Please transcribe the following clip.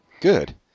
Good